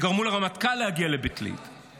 גרמו לרמטכ"ל להגיע לבית ליד.